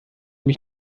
mich